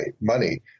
money